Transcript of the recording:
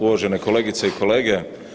Uvažene kolegice i kolege.